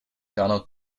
donald